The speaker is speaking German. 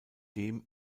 dem